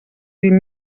vint